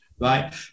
right